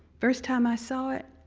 first time i saw it,